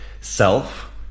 self